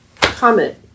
comment